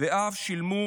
ואף שילמו